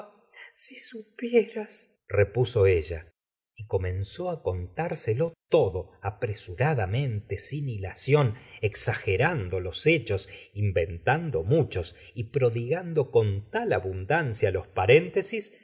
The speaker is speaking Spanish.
si supieras repuso ella y empezó á contárselo todo apresuradamente sin ilación exagerando los hechos inventando muchos y prodigando con tal abundancia los paréntesis